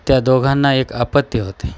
त्या दोघांना एक अपत्य होते